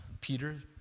Peter